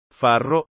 farro